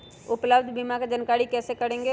उपलब्ध बीमा के जानकारी कैसे करेगे?